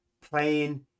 playing